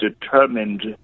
determined